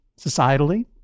societally